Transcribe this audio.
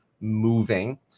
moving